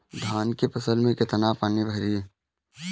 धान की फसल में कितना पानी भरें?